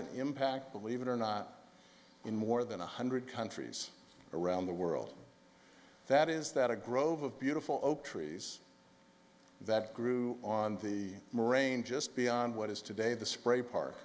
an impact believe it or not in more than one hundred countries around the world that is that a grove of beautiful oak trees that grew on the moraine just beyond what is today the spray park